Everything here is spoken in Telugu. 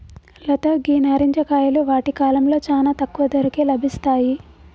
లత గీ నారింజ కాయలు వాటి కాలంలో చానా తక్కువ ధరకే లభిస్తాయి